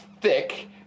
thick